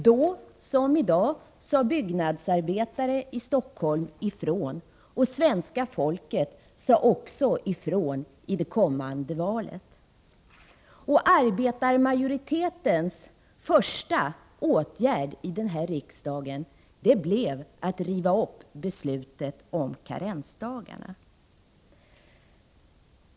Då, liksom i dag, sade byggnadsarbetare i Stockholm ifrån, och svenska folket sade också ifrån i det följande valet. Arbetarmajoritetens första åtgärd i den här riksdagen blev att riva upp beslutet om karensdagarna.